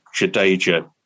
Jadeja